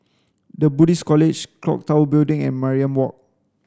the Buddhist College Clock Tower Building and Mariam Walk